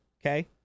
okay